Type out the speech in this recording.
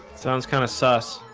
sounds kind of suss.